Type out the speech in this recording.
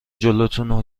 جلوتونو